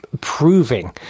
proving